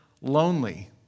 lonely